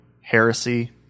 heresy